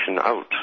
out